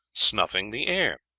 snuffing the air.